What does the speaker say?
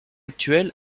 actuel